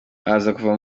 azava